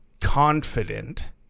confident